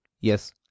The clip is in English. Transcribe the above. yes